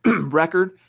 record